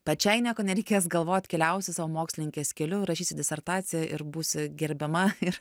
pačiai nieko nereikės galvot keliausi savo mokslininkės keliu rašysi disertaciją ir būsi gerbiama ir